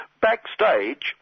backstage